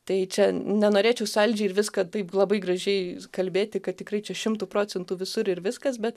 tai čia nenorėčiau saldžiai ir viską taip labai gražiai kalbėti kad tikrai čia šimtu procentų visur ir viskas bet